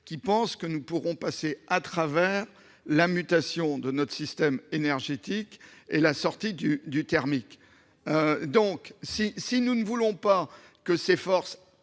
encore que nous pourrons passer à travers la mutation de notre système énergétique et la sortie du thermique. Si nous ne voulons pas que ces forces,